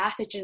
pathogens